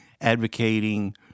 advocating